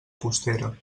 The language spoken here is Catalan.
costera